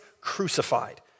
crucified